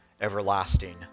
everlasting